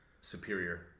superior